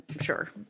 sure